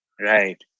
Right